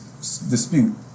dispute